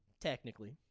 Technically